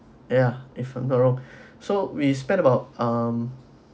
ya if I'm not wrong so we spent about um